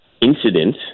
incident